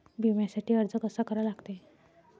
बिम्यासाठी अर्ज कसा करा लागते?